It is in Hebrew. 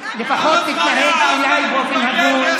לפחות תתנהג אליי באופן הגון,